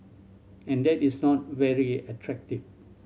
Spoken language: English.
and that is not very attractive